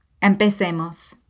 Empecemos